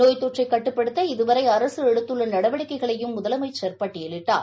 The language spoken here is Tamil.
நோய் தொற்றை கட்டுப்படுத்த இதுவரை அரசு எடுத்துள்ள நடவடிக்கைகளையும் முதலமைச்சா் பட்டியலிட்டார்